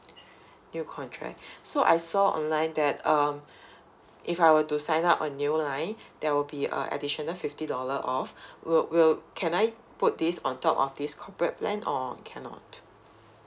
new contract so I saw online that um if I were to sign up a new line there will be a additional fifty dollar off will will can I put this on top of this corporate plan or cannot